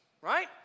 right